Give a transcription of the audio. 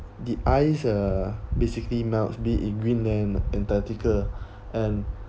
the ice uh basically melts be in greenland antarctica and